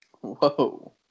Whoa